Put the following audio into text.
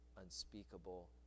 unspeakable